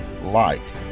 light